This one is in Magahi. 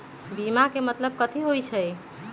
बीमा के मतलब कथी होई छई?